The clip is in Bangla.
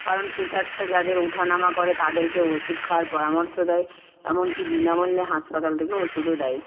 কারণ প্রেসারটা যাদের উঠানামা করে তাদেরকে ওষুধ খাওয়ার পরামর্শ দেয় এমনকী বিনামূল্যে হাসপাতাল থেকে ওষুধও দেয়